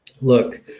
Look